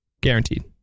Guaranteed